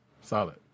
solid